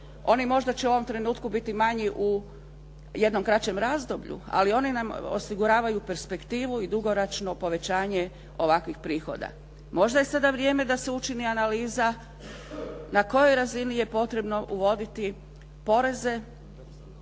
Oni možda će u ovom trenutku biti manji u jednom kraćem razdoblju, ali oni nam osiguravaju perspektivu i dugoročno povećanje ovakvih prihoda. Možda je sada vrijeme da se učini analiza na kojoj razini je potrebno uvoditi poreze